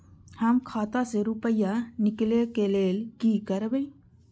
हम खाता से रुपया निकले के लेल की करबे?